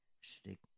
stick